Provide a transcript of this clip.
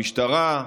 המשטרה,